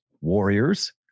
Warriors